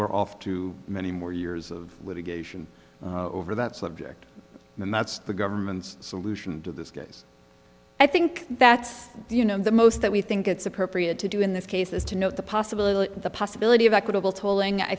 we're off to many more years of litigation over that subject and that's the government's solution to this case i think that you know the most that we think it's appropriate to do in this case is to note the possibility the possibility of equitable